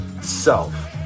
self